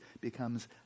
becomes